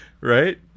Right